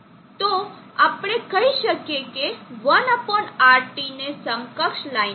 તો આપણે કહી શકીએ તે 1RT ને સમકક્ષ લાઇન છે